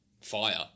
fire